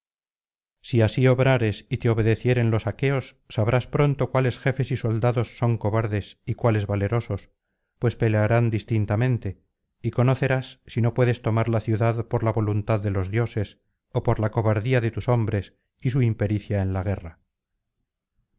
si así obrares y te obedecieren los aqueos sabrás pronto cuáles jefes y soldados son cobardes y cuáles valerosos pues pelearán distintamente y conocerás si no puedes tomar la ciudad por la voluntad de los dioses ó por la cobardía de tus hombres y su impericia en la guerra